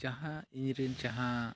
ᱡᱟᱦᱟᱸ ᱤᱧ ᱨᱮᱱ ᱡᱟᱦᱟᱸ